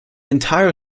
entire